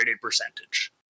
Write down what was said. percentage